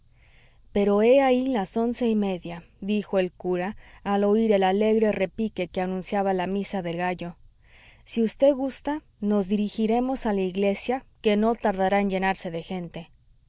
pero he ahí las once y media dijo el cura al oir el alegre repique que anunciaba la misa de gallo si vd gusta nos dirigiremos a la iglesia que no tardará en llenarse de gente